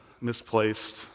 misplaced